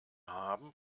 haben